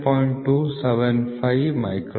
275 ಮೈಕ್ರಾನ್ಗಳು